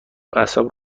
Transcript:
اعصاب